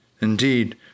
Indeed